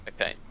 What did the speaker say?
Okay